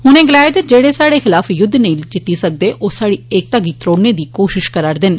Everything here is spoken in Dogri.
उनें गलाया जे जेड़े साहड़े खिलाफ युद्ध नेई जित्ती सकदे ओह् साहड़ी एकता गी त्रोड़ने दी कोशिश करा'रदे न